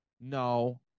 No